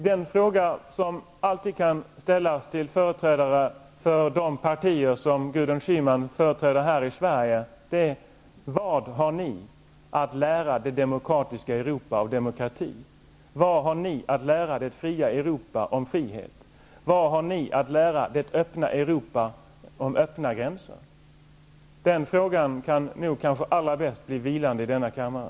Den fråga som emellertid alltid kan ställas till företrädare för de partier som Gudrun Schyman företräder här i Sverige är: Vad har ni att lära det demokratiska Europa om demokrati? Vad har ni att lära det fria Europa om frihet? Vad har ni att lära det öppna Europa om öppna gränser? Den frågan kan kanske bli allra bäst vilande i denna kammare.